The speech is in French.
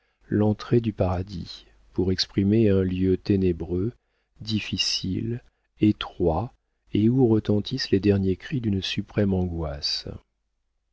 l'entrée du paradis pour exprimer un lieu ténébreux difficile étroit et où retentissent les derniers cris d'une suprême angoisse